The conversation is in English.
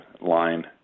line